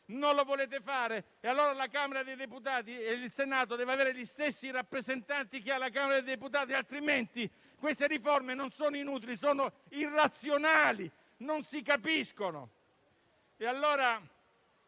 Non lo volete fare? Allora il Senato deve avere gli stessi rappresentanti che ha la Camera dei deputati altrimenti queste riforme non sono inutili, sono irrazionali, non si capiscono. Non